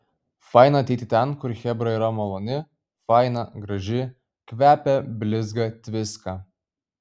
faina ateiti ten kur chebra yra maloni faina graži kvepia blizga tviska